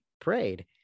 prayed